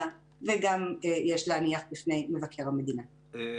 וגם יש להניח בפני מבקר המדינה תודה רבה.